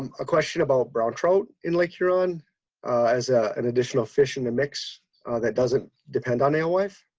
um a question about brown trout in lake huron as an additional fish in the mix that doesn't depend on alewife.